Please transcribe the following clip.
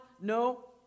No